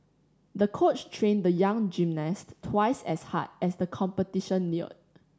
the coach trained the young gymnast twice as hard as the competition neared